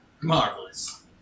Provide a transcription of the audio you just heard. Marvelous